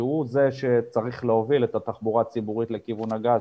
שהוא זה שצריך להוביל את התחבורה הציבורית לכיוון הגז,